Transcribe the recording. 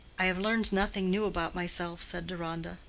i have learned nothing new about myself, said deronda.